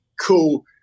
cool